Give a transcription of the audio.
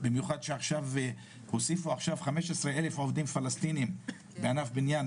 במיוחד שהוסיפו עכשיו 15,000 עובדים פלסטינים בענף הבניה,